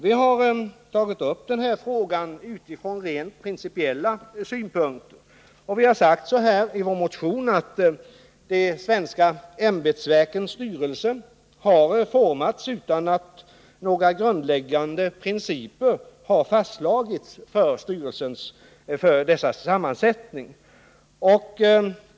Vi har tagit upp frågan från rent principiella utgångspunkter och framhållit att de svenska ämbetsverkens styrelser har formats utan att några grundläggande principer fastslagits för deras sammansättning.